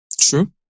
True